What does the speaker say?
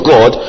God